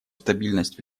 стабильность